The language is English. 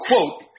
Quote